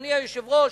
אדוני היושב-ראש,